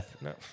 no